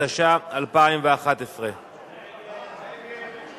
התשע"א 2011. ההצעה להסיר